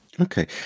Okay